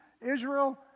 Israel